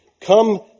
Come